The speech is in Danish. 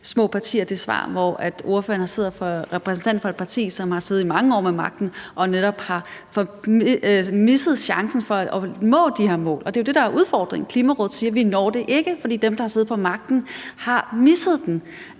ordfører, som repræsenterer et parti, som har siddet mange år ved magten og netop har misset chancen for at nå de mål, stiller små partier det spørgsmål. Det er jo det, der er udfordringen. Klimarådet siger, at vi ikke når det, fordi dem, der har siddet på magten, har misset det.